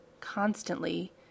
Constantly